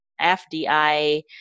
FDI